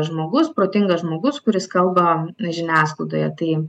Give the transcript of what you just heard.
žmogus protingas žmogus kuris kalba žiniasklaidoje tai